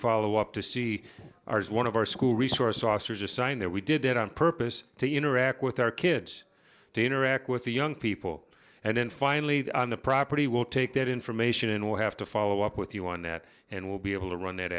follow up to see ours one of our school resource officers assigned there we did it on purpose to interact with our kids to interact with the young people and then finally on the property will take that information and we'll have to follow up with you one now and we'll be able to run that